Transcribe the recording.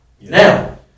Now